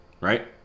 right